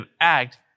act